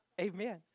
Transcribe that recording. Amen